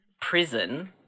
prison